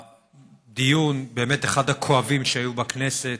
דיון, באמת, אחד הכואבים שהיו בכנסת,